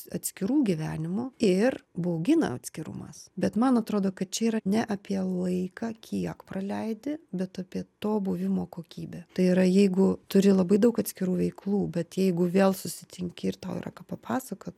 atskirų gyvenimų ir baugina atskirumas bet man atrodo kad čia yra ne apie laiką kiek praleidi bet apie to buvimo kokybę tai yra jeigu turi labai daug atskirų veiklų bet jeigu vėl susitinki ir tau yra ką papasakot